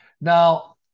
Now